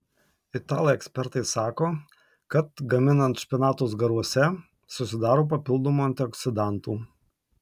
italai ekspertai sako kad gaminant špinatus garuose susidaro papildomų antioksidantų